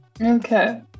Okay